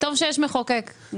טוב שיש מחוקק.